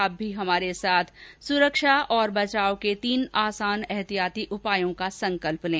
आप भी हमारे साथ सुरक्षा और बचाव के तीन आसान एहतियाती उपायों का संकल्प लें